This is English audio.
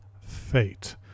Fate